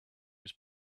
his